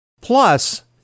Plus